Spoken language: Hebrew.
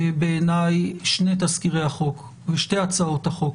בעיניי שני תזכירי החוק, שתי הצעות החוק